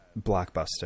blockbuster